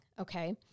okay